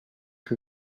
que